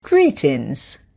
Greetings